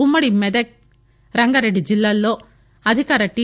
ఉమ్మడి మెదక్ రంగారెడ్డి జిల్లాల్లో అధికార టి